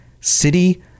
city